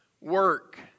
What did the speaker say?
Work